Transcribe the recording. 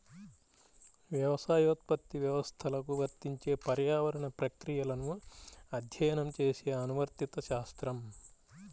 వ్యవసాయోత్పత్తి వ్యవస్థలకు వర్తించే పర్యావరణ ప్రక్రియలను అధ్యయనం చేసే అనువర్తిత శాస్త్రం